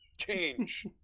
change